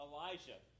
Elijah